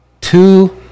two